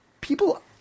people